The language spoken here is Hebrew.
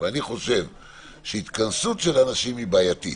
אבל אני חושב שהתכנסות של אנשים היא בעייתית.